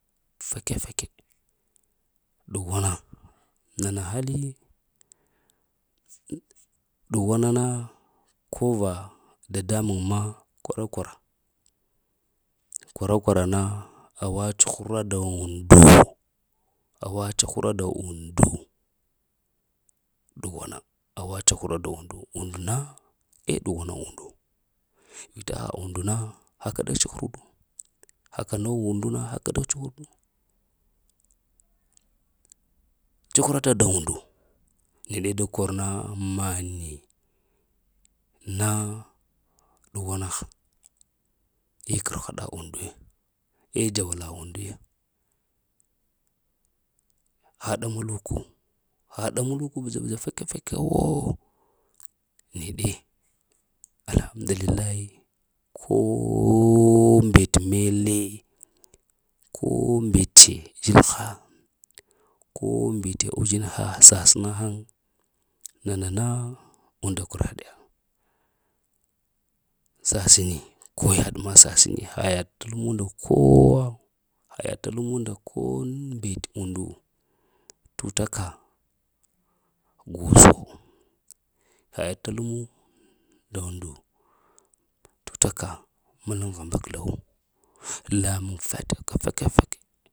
Fake-fake ɗughwana nana haliyi? Ɗughwana na ko va dadamuŋ ma kwara-kwara kwara-kwara na awa cuhura da undu, gwa cuhura da undu und na eh ɗughwana undu, vita ha undu na haka da cuhuru. Haka nogh undu na haka da cuhuru. Cuhurata nda undu neɗe da korna maŋye na ɗughwana han eh karhaɗa unda ya eh jawala unda ya, ha ɗamalula ha ɗa maluka bja-bja fake-fake wo neɗe alhamdulillahi. Kooh mbete mele, ko mbete mele, ko mbete zhil ha, ko mbete uzhinha sasəna haŋ nana na unda kura ɗiya sasəni ko yaɗ ma sasəni, ha yaɗ t lemu nda kowa ha yaɗ t lemu nda ko mbet undu t ukaka gozo, ha yaɗ t lemu nda undu t utaka ma laŋ hambakzla lamuŋ fake-faku